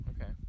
okay